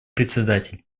председатель